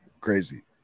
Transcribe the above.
Crazy